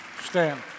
Stand